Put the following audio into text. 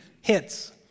hits